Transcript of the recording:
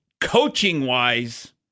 coaching-wise